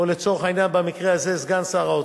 או לצורך העניין במקרה הזה סגן שר האוצר,